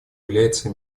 является